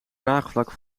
draagvlak